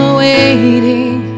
waiting